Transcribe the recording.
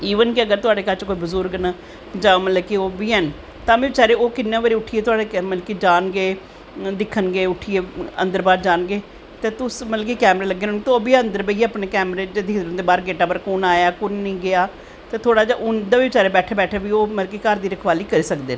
even के तुहानू घर च अगर कोई बजुर्ग न जां मतलव कि ओह् बी हैन तां बी ओह् मतलव कि किन्नें बारी उट्ठियै जान गे दिक्खन गे उट्ठियै अंन्दर बाह्र जान गे ते तुस अन्दर कैमरे लग्गे दे होंगन ते कैमरे च दिखदे रौंह्दे कि बाह्र गेटा पर कुन आया कुन गेआ ते थोह्ड़ा उंदा बी बचैरें दा बैठा बैठे बी ओह् घर दी रखवाली करी सकदे न